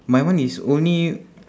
my one is only